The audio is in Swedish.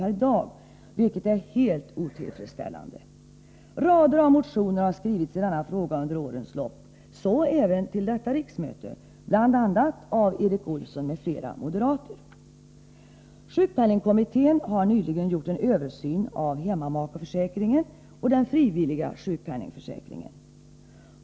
per dag, vilket är helt otillfredsställande. Rader av motioner har under årens lopp skrivits i denna fråga, så även till detta riksmöte, bl.a. av Erik Olsson m.fl. moderater. Sjukpenningkommittén har nyligen gjort en översyn av hemmamakeförsäkringen och den frivilliga sjukpenningförsäkringen.